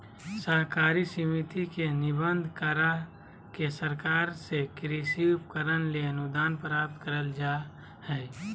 सहकारी समिति के निबंधन, करा के सरकार से कृषि उपकरण ले अनुदान प्राप्त करल जा हई